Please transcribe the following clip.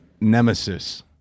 nemesis